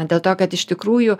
dėl to kad iš tikrųjų